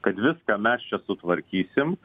kad viską mes čia sutvarkysim